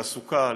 לתעסוקה,